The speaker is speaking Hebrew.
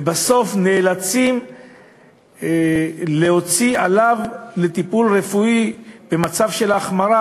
ובסוף נאלצים להוציא על טיפול רפואי בו במצב של החמרה,